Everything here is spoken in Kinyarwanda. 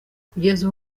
kugeza